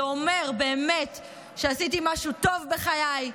זה אומר באמת שעשיתי משהו טוב בחיי,